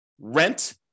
rent